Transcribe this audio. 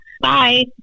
Bye